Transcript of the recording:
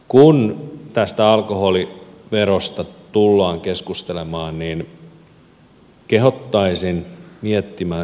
kun tästä alkoholiverosta tullaan keskustelemaan niin kehottaisin miettimään seuraavaa ajatusta